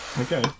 Okay